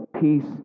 peace